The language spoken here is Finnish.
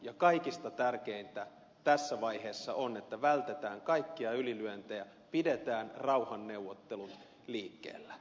ja kaikista tärkeintä tässä vaiheessa on että vältetään kaikkia ylilyöntejä pidetään rauhanneuvottelut liikkeellä